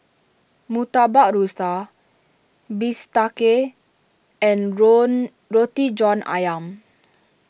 Murtabak Rusa Bistake and run Roti John Ayam